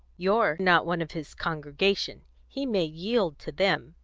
you're not one of his congregation he may yield to them,